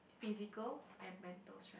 physical and mental strength